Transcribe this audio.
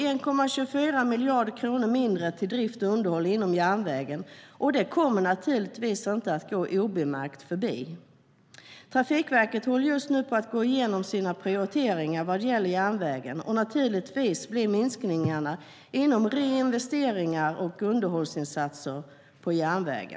Jo, 1,24 miljarder kronor mindre till drift och underhåll inom järnvägen. Det kommer naturligtvis inte att gå obemärkt förbi. Trafikverket håller just nu på att gå igenom sina prioriteringar vad gäller järnvägen, och naturligtvis sker minskningarna inom reinvesteringar och underhållsinsatser på järnvägen.